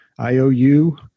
IOU